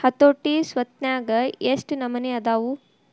ಹತೋಟಿ ಸ್ವತ್ನ್ಯಾಗ ಯೆಷ್ಟ್ ನಮನಿ ಅದಾವು?